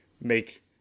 make